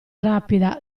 rapida